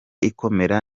ikomera